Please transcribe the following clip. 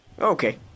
Okay